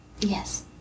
Yes